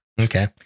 Okay